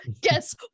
guess